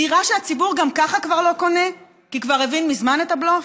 דירה שהציבור גם ככה כבר לא קונה כי כבר הבין מזמן את הבלוף?